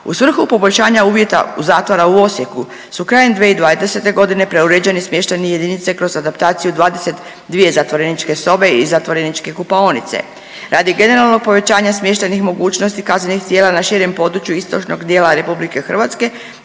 U svrhu poboljšanja uvjeta zatvora u Osijeku su krajem 2020.g. preuređene smještajne jedinice kroz adaptaciju 22 zatvoreničke sobe i zatvoreničke kupaonice, radi generalnog povećanja smještajnih mogućnosti kaznenih djela na širem području istočnog dijela RH tijekom